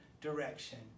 direction